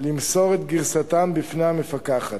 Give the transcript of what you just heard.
למסור את גרסאותיהם בפני המפקחת,